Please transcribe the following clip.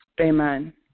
Amen